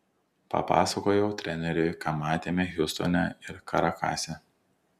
papasakojau treneriui ką matėme hjustone ir karakase